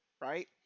right